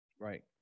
Right